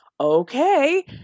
okay